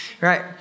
right